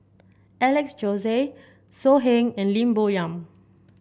Alex Josey So Heng and Lim Bo Yam